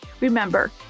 Remember